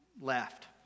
left